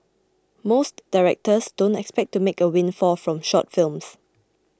most directors don't expect to make a windfall from short films